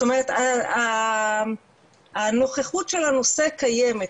זאת אומרת הנוכחות של הנושא קיימת,